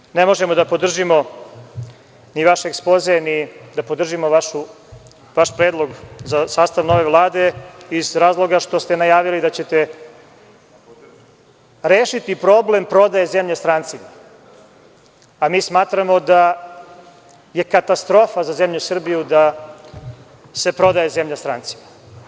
Takođe, ne možemo da podržimo ni vaš ekspoze, ni da podržimo vaš predlog za sastav nove Vlade iz razloga što ste najavili da ćete rešiti problem prodaje zemlje strancima, a mi smatramo da je katastrofa za zemlju Srbiju da se prodaje zemlja strancima.